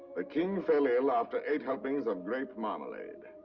ah king fell ill after eight helpings of grape marmalade.